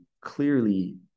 clearly